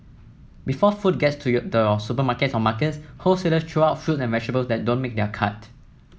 before food gets to your the supermarkets or markets wholesaler throw out fruit and vegetable that don't make their cut